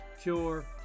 cure